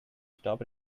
stop